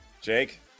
jake